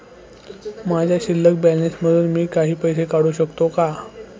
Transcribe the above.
माझ्या शिल्लक बॅलन्स मधून मी काही पैसे काढू शकतो का?